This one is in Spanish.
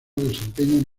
desempeñan